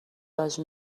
ماساژ